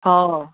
हाँ